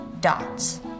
dots